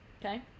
Okay